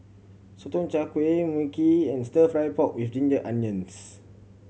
Sotong Char Kway Mui Kee and Stir Fry pork with ginger onions